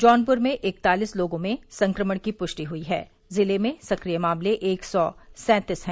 जौनपुर में इकतालीस लोगों में संक्रमण की पुष्टि हुई है जिले में सक्रिय मामले एक सौ सैतीस हैं